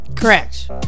correct